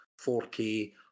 4K